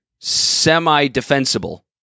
semi-defensible